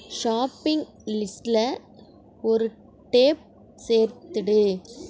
shopping லிஸ்ட்டில் ஒரு tape சேர்த்துடு